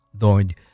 Lord